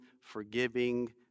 forgiving